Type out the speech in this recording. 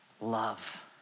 love